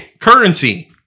Currency